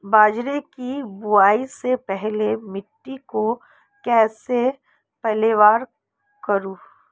बाजरे की बुआई से पहले मिट्टी को कैसे पलेवा करूं?